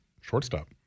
Shortstop